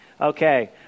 Okay